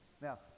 Now